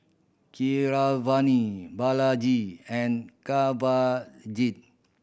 Keeravani Balaji and Kanwaljit